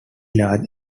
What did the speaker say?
large